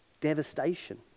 Devastation